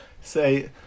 Say